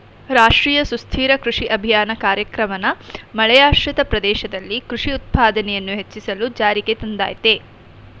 ರಾಷ್ಟ್ರೀಯ ಸುಸ್ಥಿರ ಕೃಷಿ ಅಭಿಯಾನ ಕಾರ್ಯಕ್ರಮನ ಮಳೆಯಾಶ್ರಿತ ಪ್ರದೇಶದಲ್ಲಿ ಕೃಷಿ ಉತ್ಪಾದನೆಯನ್ನು ಹೆಚ್ಚಿಸಲು ಜಾರಿಗೆ ತಂದಯ್ತೆ